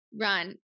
run